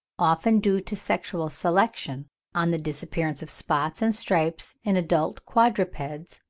often due to sexual selection on the disappearance of spots and stripes in adult quadrupeds